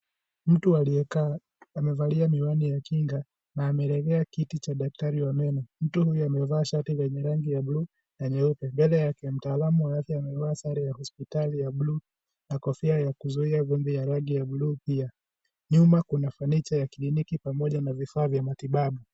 Mtu aliyekaa amevalia miwani ya kinga na amelegea kiti cha daktari wa meno, mtu huyu amevaa shati lenye rangi ya bluu na nyeupe, mbele yake mtaalamu wake amevaa sare ya hospiatli ya bluu na kofia ya kuzuia vumbi ya rangi ya bluu pia, nyuma kuna fanicha ya kliniki pamoja na vifaa vya matibabu.